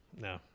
No